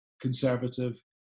conservative